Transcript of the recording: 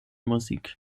musik